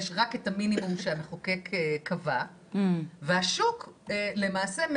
יש רק את המינימום שהמחוקק קבע והשוק למעשה,